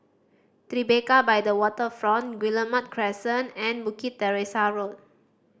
Tribeca by the Waterfront Guillemard Crescent and Bukit Teresa Road